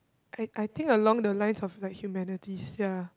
I I think along the lines of like humanities ya